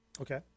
Okay